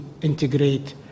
integrate